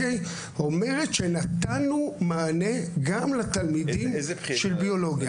זאת אומרת, נתנו מענה גם לתלמידים של ביולוגיה.